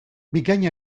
bikain